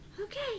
Okay